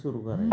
सुरू करा